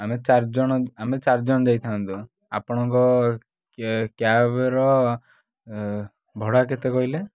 ଆମେ ଚାରଜଣ ଆମେ ଚାରିଜଣ ଯାଇଥାନ୍ତୁ ଆପଣଙ୍କ କ୍ୟାବ୍ର ଭଡ଼ା କେତେ କହିଲେ